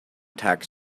tax